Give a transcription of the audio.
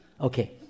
Okay